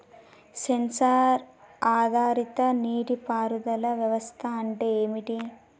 Censor ఆధారిత నీటి పారుదల వ్యవస్థ అంటే ఏమిటి?